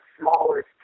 smallest